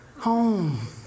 home